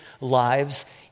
lives